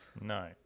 No